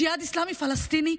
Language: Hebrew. או ג'יהאד אסלאמי פלסטיני,